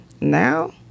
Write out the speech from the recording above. Now